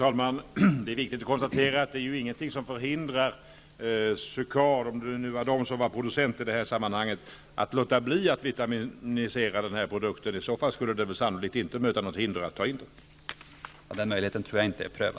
Herr talman! Det är viktigt att konstatera att det är ingenting som förhindrar t.ex. Suchard att låta bli att vitaminisera den här produkten. I så fall skulle det sannolikt inte möta något hinder att ta in den.